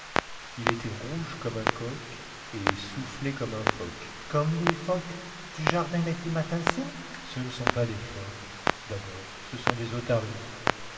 il était rouge comme un coq et soufflait comme un phoque comme les phoques du jardin dacclimatation ce ne sont pas des phoques dabord ce sont des otaries